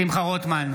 שמחה רוטמן,